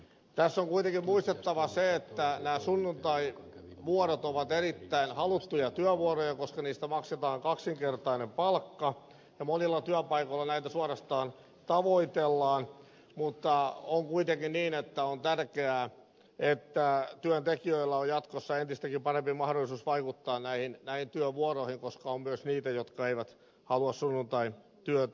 tässä on kuitenkin muistettava se että nämä sunnuntaivuorot ovat erittäin haluttuja työvuoroja koska niistä maksetaan kaksinkertainen palkka ja monilla työpaikoilla näitä suorastaan tavoitellaan mutta on kuitenkin niin että on tärkeää että työntekijöillä on jatkossa entistäkin parempi mahdollisuus vaikuttaa näihin työvuoroihin koska on myös niitä jotka eivät halua sunnuntaityötä tehdä